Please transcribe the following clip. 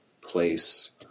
place